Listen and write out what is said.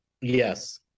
Yes